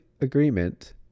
agreement